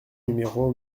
numéro